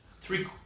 Three